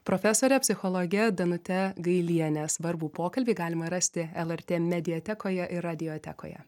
profesore psichologe danute gailiene svarbų pokalbį galima rasti lrt mediatekoje ir radiotekoje